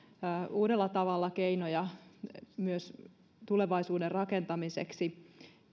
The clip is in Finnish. uudella tavalla keinoja myös tulevaisuuden rakentamiseksi